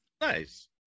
Nice